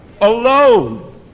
alone